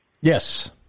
Yes